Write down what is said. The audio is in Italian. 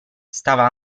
stava